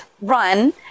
run